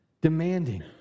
demanding